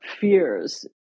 fears